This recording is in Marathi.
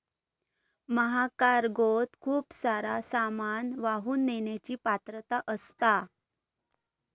महाकार्गोत खूप सारा सामान वाहून नेण्याची पात्रता असता